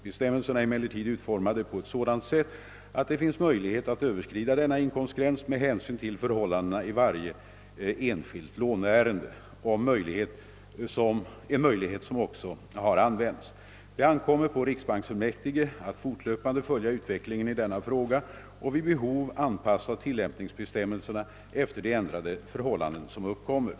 Bestämmelserna är emellertid utformade på ett sådant sätt, att det finns möjlighet att överskrida denna inkomstgräns med hänsyn till förhållandena i varje enskilt låneärende, en möjlighet som också har använts. Det ankommer på riksbanksfullmäktige att fortlöpande följa utvecklingen i denna fråga och vid behov anpassa tillämpningsbestämmelserna efter de ändrade förhållanden som uppkommer.